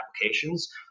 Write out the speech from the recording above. applications